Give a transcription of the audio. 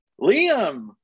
Liam